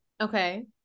okay